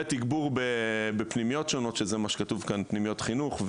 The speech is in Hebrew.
ותגבור בפנימיות שונות, פנימיות חינוך.